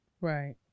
Right